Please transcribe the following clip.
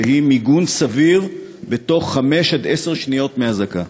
שהיא מיגון סביר בתוך חמש עד עשר שניות מאזעקה.